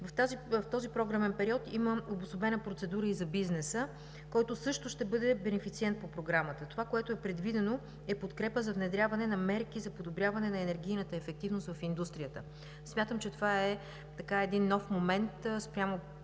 В този програмен период има обособена процедура и за бизнеса, който също ще бъде бенефициент по Програмата. Това, което е предвидено, е подкрепа за внедряване на мерки за подобряване на енергийната ефективност в индустрията. Смятам, че това е един нов момент спрямо